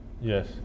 Yes